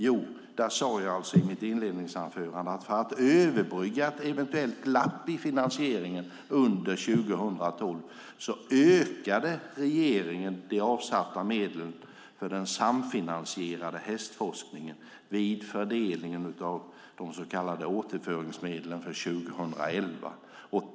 I mitt inledande svar sade jag att regeringen, för att överbrygga ett eventuellt glapp i finansieringen under 2012, ökade de avsatta medlen för den samfinansierade hästforskningen vid fördelningen av de så kallade återföringsmedlen för 2011.